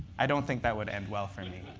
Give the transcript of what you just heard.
i don't think that would end well for me.